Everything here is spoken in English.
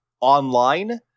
online